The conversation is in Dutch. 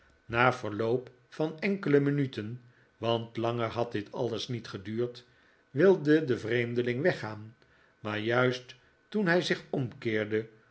na verloop van enkele minuten want langer had dit alles niet geduurd wilde de vreemdeling weggaan maar juist toen hij zich omkeerde